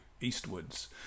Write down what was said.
eastwards